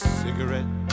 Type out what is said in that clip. cigarette